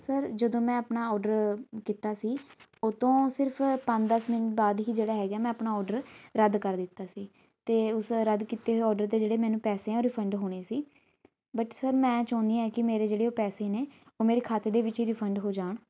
sir ਜਦੋਂ ਮੈਂ ਆਪਣਾ ਔਡਰ ਕੀਤਾ ਸੀ ਉਹ ਤੋਂ ਸਿਰਫ਼ ਪੰਜ ਦਸ ਮਿੰਟ ਬਾਅਦ ਹੀ ਜਿਹੜਾ ਹੈਗਾ ਮੈਂ ਆਪਣਾ ਔਡਰ ਰੱਦ ਕਰ ਦਿੱਤਾ ਸੀ ਅਤੇ ਉਸ ਰੱਦ ਕੀਤੇ ਹੋਏ ਔਡਰ ਦੇ ਜਿਹੜੇ ਮੈਨੂੰ ਪੈਸੇ ਆ ਉਹ ਰਿਫੰਡ ਹੋਣੇ ਸੀ ਬਟ ਸਰ ਮੈਂ ਚਾਹੁੰਦੀ ਹਾਂ ਕਿ ਮੇਰੇ ਜਿਹੜੇ ਉਹ ਪੈਸੇ ਨੇ ਉਹ ਮੇਰੇ ਖਾਤੇ ਦੇ ਵਿੱਚ ਹੀ ਰਿਫੰਡ ਹੋ ਜਾਣ